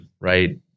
right